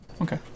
Okay